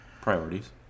Priorities